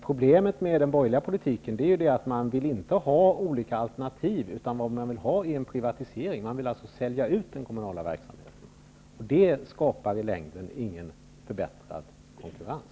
Problemet med den borgerliga politiken är att man inte vill ha olika alternativ. Vad man vill ha är privatisering. Man vill alltså sälja ut den kommunala verksamheten. I längden bidrar det dock inte till en förbättrad konkurrens.